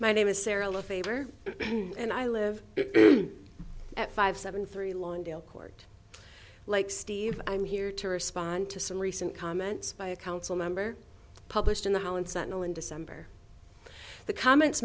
my name is sarah lefevre and i live at five seven three lawndale court like steve i'm here to respond to some recent comments by a council member published in the holland sentinel in december the comments